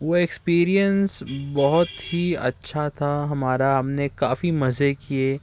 وہ ایکسپیرئنس بہت ہی اچھا تھا ہمارا ہم نے کافی مزے کئے